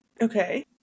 Okay